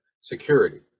security